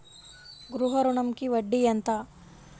గృహ ఋణంకి వడ్డీ ఎంత?